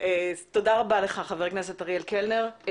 תודה רבה לך, חבר הכנסת אריאל קלנר.